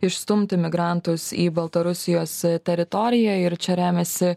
išstumti migrantus į baltarusijos teritoriją ir čia remiasi